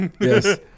Yes